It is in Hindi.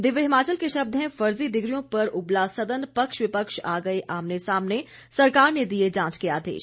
दिव्य हिमाचल के शब्द हैं फर्जी डिग्रियों पर उबला सदन पक्ष विपक्ष आ गए आमने सामने सरकार ने दिए जांच के आदेश